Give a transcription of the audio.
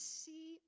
see